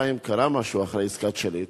שבינתיים קרה משהו, אחרי עסקת שליט,